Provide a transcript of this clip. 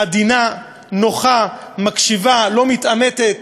עדינה, נוחה, מקשיבה, לא מתעמתת.